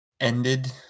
ended